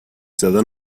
زدن